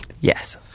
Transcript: Yes